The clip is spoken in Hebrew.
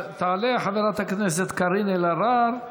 תעלה חברת הכנסת קארין אלהרר,